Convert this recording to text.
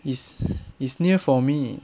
it's it's near for me